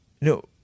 No